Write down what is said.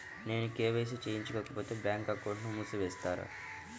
నేను కే.వై.సి చేయించుకోకపోతే బ్యాంక్ అకౌంట్ను మూసివేస్తారా?